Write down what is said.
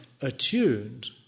attuned